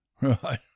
Right